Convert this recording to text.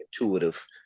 intuitive